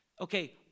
Okay